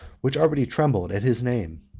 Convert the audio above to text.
which already trembled at his name.